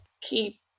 keep